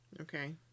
okay